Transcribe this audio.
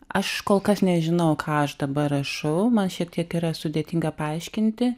aš kol kas nežinau ką aš dabar rašau man šiek tiek yra sudėtinga paaiškinti